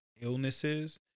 illnesses